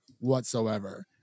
whatsoever